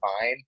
fine